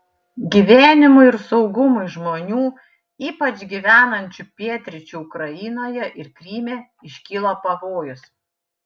gyvenimui ir saugumui žmonių ypač gyvenančių pietryčių ukrainoje ir kryme iškilo pavojus